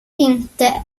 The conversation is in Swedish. inte